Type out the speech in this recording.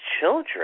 children